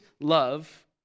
love